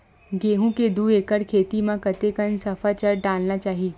गेहूं के दू एकड़ खेती म कतेकन सफाचट डालना चाहि?